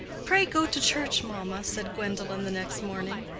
pray go to church, mamma, said gwendolen the next morning.